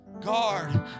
Guard